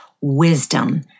wisdom